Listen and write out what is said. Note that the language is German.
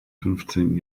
fünfzehnten